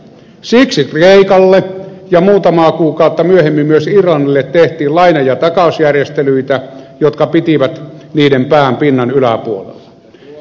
siksi kreikalle ja muutamaa kuukautta myöhemmin myös irlannille tehtiin laina ja takausjärjestelyitä jotka pitivät niiden pään pinnan yläpuolella